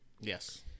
Yes